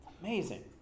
Amazing